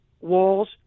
walls